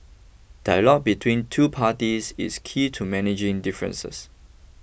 dialogue between two parties is key to managing differences